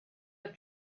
have